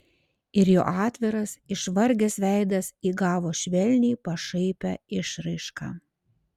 ir jo atviras išvargęs veidas įgavo švelniai pašaipią išraišką